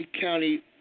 County